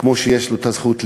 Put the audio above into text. כמו שיש לו את הזכות לנשום,